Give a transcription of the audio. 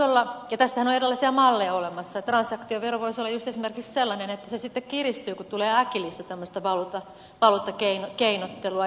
tästähän on erilaisia malleja olemassa että transaktiovero voisi olla juuri esimerkiksi sellainen että se sitten kiristyy kun tulee tämmöistä äkillistä valuuttakeinottelua